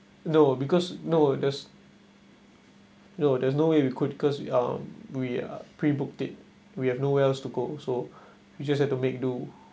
no because no there's no there's no way we could cause we um we are pre booked it we have nowhere else to go so we just have to make do